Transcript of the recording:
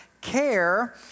care